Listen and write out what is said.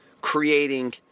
creating